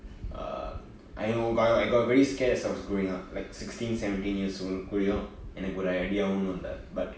err I got I got very scared as I was growing up like sixteen seventeen years old எனக்கு ஒறு:enakku oru idea ஒன்னுமில்ல:onnumilla but